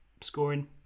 scoring